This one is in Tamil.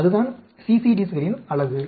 அதுதான் CCDs களின் அழகு